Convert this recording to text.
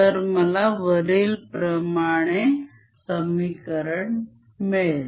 तर मला वरील प्रमाणे समीकरण मिळेल